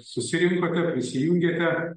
susirinkote prisijungėte